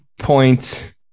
point